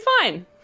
fine